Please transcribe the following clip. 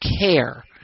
care